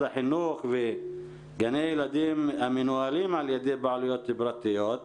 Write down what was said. החינוך וגני ילדים המנוהלים על ידי בעלויות פרטיות,